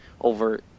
over